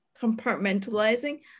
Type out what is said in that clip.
compartmentalizing